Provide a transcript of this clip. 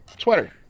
sweater